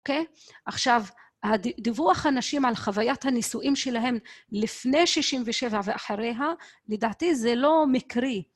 אוקיי? עכשיו, הדיווח אנשים על חוויית הנישואים שלהם לפני 67' ואחריה, לדעתי זה לא מקרי.